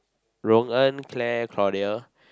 Rong En Claire Claudia